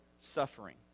suffering